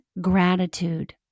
gratitude